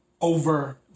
over